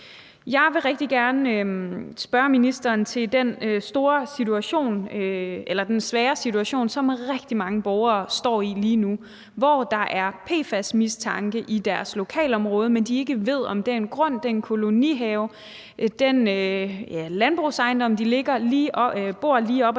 Jeg vil rigtig gerne spørge ministeren til den svære situation, som rigtig mange borgere står i lige nu, hvor der er mistanke om PFAS i deres lokalområde, og hvor de ved ikke, om den grund, den kolonihave, den landbrugsejendom, de bor lige op og ned